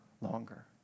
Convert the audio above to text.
longer